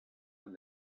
when